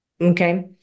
Okay